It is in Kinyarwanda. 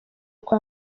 kwa